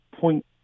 point